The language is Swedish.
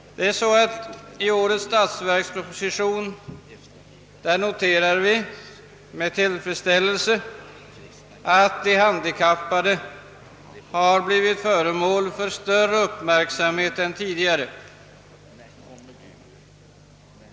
Vi noterar med tillfredsställelse att de handikappade har blivit föremål för större uppmärksamhet i årets statsverksproposition än tidigare.